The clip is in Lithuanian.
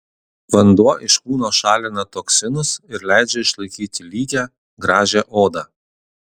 vanduo iš kūno šalina toksinus ir leidžia išlaikyti lygią gražią odą